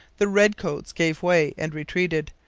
the redcoats gave way and retreated,